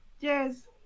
Cheers